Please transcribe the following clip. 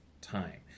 time